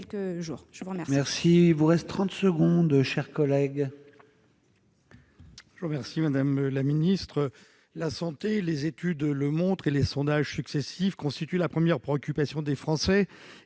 Je vous remercie,